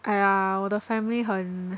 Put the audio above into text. !aiya! 我的 family 很